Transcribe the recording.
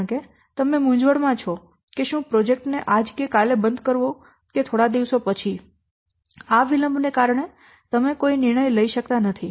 કારણ કે તમે મૂંઝવણમાં છો કે શું પ્રોજેક્ટ ને આજ કે કાલે બંધ કરવો કે થોડા દિવસો પછી આ વિલંબને કારણે તમે કોઈ નિર્ણય લઈ શકતા નથી